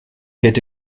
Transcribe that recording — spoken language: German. hätte